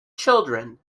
children